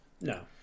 No